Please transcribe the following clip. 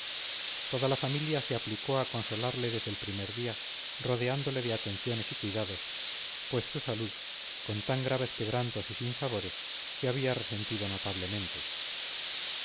toda la familia se aplicó a consolarle desde el primer día rodeándole de atenciones y cuidados pues su salud con tan graves quebrantos y sinsabores se había resentido notablemente